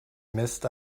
missed